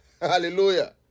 Hallelujah